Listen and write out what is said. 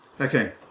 Okay